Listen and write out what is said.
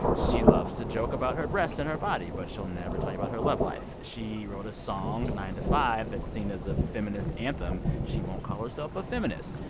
she loves to joke about her breasts and her body, but she'll never tell you about her love life. she wrote a song, nine to five, that's seen as a feminist anthem. she won't call herself a feminist.